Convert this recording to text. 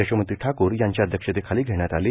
यशोमती ठाकूर यांच्या अध्यक्षतेखाली घेण्यात आली